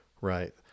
Right